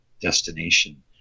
destination